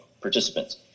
participants